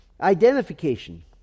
Identification